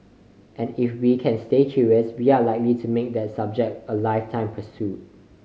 and if we can stay curious we are likely to make that subject a lifetime pursuit